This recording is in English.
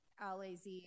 LAZ